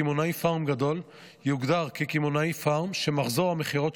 קמעונאי פארם גדול יוגדר כקמעונאי פארם שמחזור המכירות